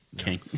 Okay